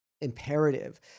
imperative